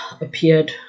appeared